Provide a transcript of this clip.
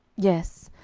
yes.